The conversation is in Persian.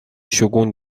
شگون